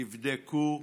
תבדקו.